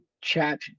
chat